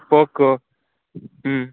poco